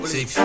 Six